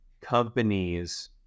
companies